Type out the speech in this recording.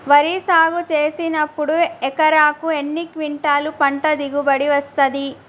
వరి సాగు చేసినప్పుడు ఎకరాకు ఎన్ని క్వింటాలు పంట దిగుబడి వస్తది?